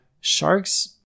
sharks